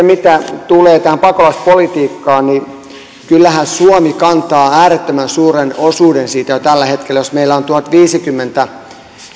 mitä tulee tähän pakolaispolitiikkaan niin kyllähän suomi kantaa äärettömän suuren osuuden siitä jo tällä hetkellä jos meillä on tuhatviisikymmentä